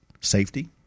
safety